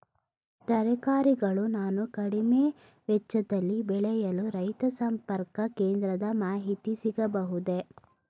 ತರಕಾರಿಗಳನ್ನು ನಾನು ಕಡಿಮೆ ವೆಚ್ಚದಲ್ಲಿ ಬೆಳೆಯಲು ರೈತ ಸಂಪರ್ಕ ಕೇಂದ್ರದ ಮಾಹಿತಿ ಸಿಗಬಹುದೇ?